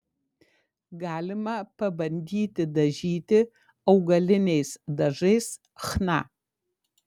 galima pabandyti dažyti augaliniais dažais chna